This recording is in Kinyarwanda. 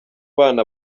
bana